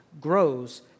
grows